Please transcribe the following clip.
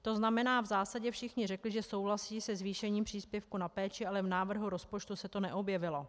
To znamená, v zásadě všichni řekli, že souhlasí se zvýšením příspěvku na péči, ale v návrhu rozpočtu se to neobjevilo.